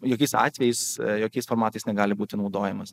jokiais atvejais jokiais formatais negali būti naudojamas